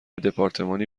دپارتمانی